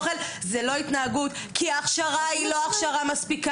רק כי לא היו ברף הפלילי,